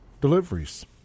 Deliveries